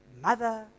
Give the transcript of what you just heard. mother